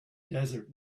desert